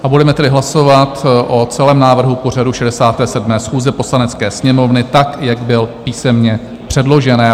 A budeme tedy hlasovat o celém návrhu pořadu 67. schůze Poslanecké sněmovny tak, jak byl písemně předložen.